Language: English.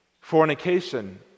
Fornication